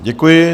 Děkuji.